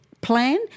plan